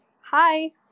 Hi